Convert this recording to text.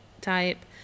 type